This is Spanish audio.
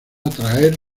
atraer